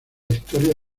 historia